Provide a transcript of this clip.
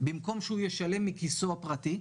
במקום שהוא ישלם מכיסו הפרטי,